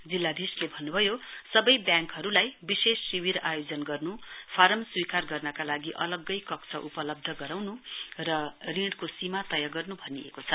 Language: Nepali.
जिल्लाधीशले भन्नभयो सबै ब्याङकहरूलाई विशेष शिविर आयोजन गर्न् फारम स्वीकार गर्नका लागि अलग्गै कक्ष उपलब्ध गराउनु र कृषक ऋणको सीमा तय गर्नु भनिएको छ